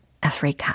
Africa